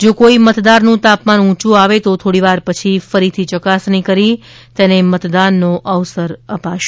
જો કોઈ મતદાર નું તાપમાન ઊંચું આવે તો થોડીવાર પછી ફરીથી ચકાસણી કરી તેને મતદાન નો અવસર આપશે